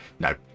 No